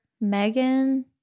Megan